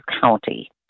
county